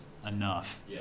Enough